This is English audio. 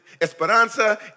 Esperanza